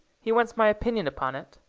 he wants my opinion upon it.